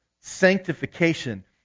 sanctification